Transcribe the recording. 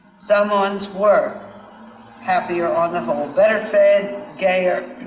samoans were happier on the whole better fed, gayer,